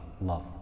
love